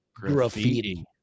Graffiti